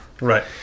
Right